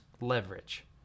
leverage